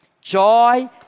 joy